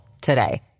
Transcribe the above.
today